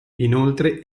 inoltre